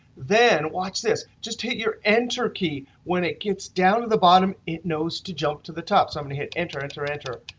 then watch this just hit your enter key. when it gets down to the bottom, it knows to jump to the top. so i'm going to hit enter enter enter.